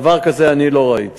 דבר כזה אני לא ראיתי,